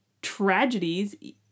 tragedies